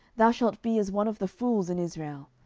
thou shalt be as one of the fools in israel.